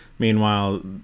Meanwhile